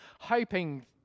hoping